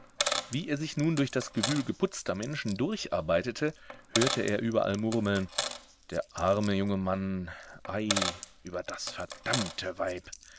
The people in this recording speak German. wie er sich nun durch das gewühl geputzter menschen durcharbeitete hörte er überall murmeln der arme junge mann ei über das verdammte weib